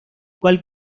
cual